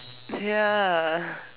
ya